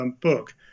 book